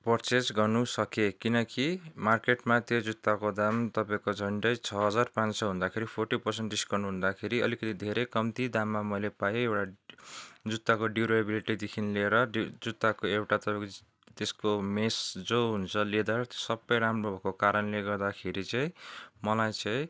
purchase गर्नु सकेँ किनकि मार्केटमा त्यो जुत्ताको दाम तपाईँको झन्डै छ हजार पाँच सय हुँदाखेरि फोर्टी पर्सेन्ट डिस्काउन्ट हुँदाखेरि अलिकति धेरै कम्ती दाममा मैले पाएँ एउटा जुत्ताको ड्युरेबिलिटीदेखि लिएर डु जुत्ताको एउटा तपाईँको त्यसको मेस जो हुन्छ लेदर सबै राम्रो भएको कारणले गर्दाखेरि चाहिँ मलाई चाहिँ